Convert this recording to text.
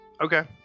Okay